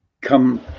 Come